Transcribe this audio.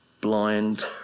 blind